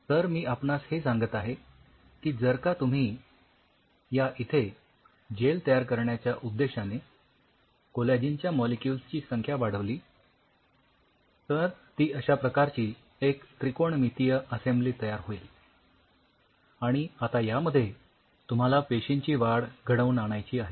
तर मी आपणास हे सांगत आहे की जर का तुम्ही या इथे जेल तयार करण्याच्या उद्देशाने कोलॅजिनच्या मॉलिक्युल्स ची संख्या वाढविली तर ती अश्या प्रकारची एक त्रिकोणमितीय असेम्ब्ली तयार होईल आणि आता यामध्ये तुम्हाला पेशींची वाढ घडवून आणायची आहे